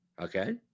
Okay